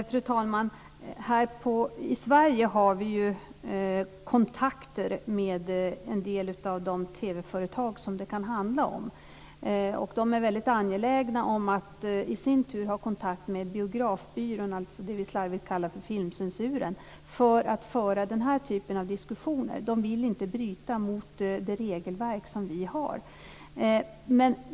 Fru talman! Här i Sverige har vi ju kontakter med en del av de TV-företag som det kan handla om. De är väldigt angelägna om att i sin tur ha kontakt med Biografbyrån, som vi slarvigt kallar för filmcensuren, för att föra den här typen av diskussioner. De vill inte bryta mot det regelverk som vi har.